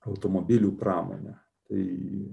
automobilių pramonę tai